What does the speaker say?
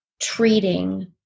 treating